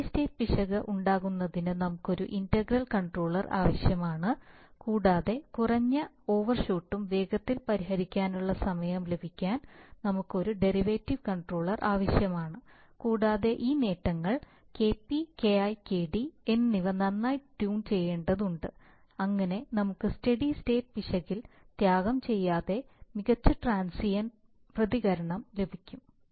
steady state പിശക് ഉണ്ടാകുന്നതിന് നമുക്ക് ഒരു ഇന്റഗ്രൽ കൺട്രോളർ ആവശ്യമാണ് കൂടാതെ കുറഞ്ഞ ഓവർഷൂട്ടും വേഗത്തിൽ പരിഹരിക്കാനുള്ള സമയവും ലഭിക്കാൻ നമുക്ക് ഒരു ഡെറിവേറ്റീവ് കൺട്രോളർ ആവശ്യമാണ് കൂടാതെ ഈ നേട്ടങ്ങൾ Kp Ki Kd എന്നിവ നന്നായി ട്യൂൺ ചെയ്യേണ്ടതുണ്ട് അങ്ങനെ നമുക്ക് സ്റ്റെഡി സ്റ്റേറ്റ് പിശകിൽ ത്യാഗം ചെയ്യാതെ മികച്ച ട്രാൻസിയൻറ്റ് പ്രതികരണം ലഭിക്കു